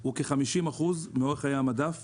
הוא כ-50% מאורך חיי המדף